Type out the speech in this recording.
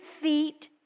feet